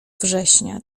września